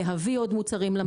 להביא עוד מוצרים למדף.